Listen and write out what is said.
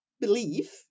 belief